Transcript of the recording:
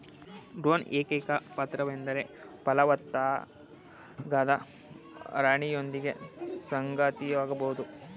ಡ್ರೋನ್ನ ಏಕೈಕ ಪಾತ್ರವೆಂದರೆ ಫಲವತ್ತಾಗದ ರಾಣಿಯೊಂದಿಗೆ ಸಂಗಾತಿಯಾಗೋದು